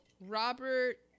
Robert